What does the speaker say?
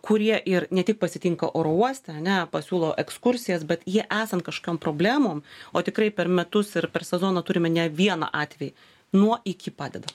kurie ir ne tik pasitinka oro uoste ane pasiūlo ekskursijas bet jie esant kažkokiom problemom o tikrai per metus ir per sezoną turime ne vieną atvejį nuo iki padeda